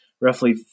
roughly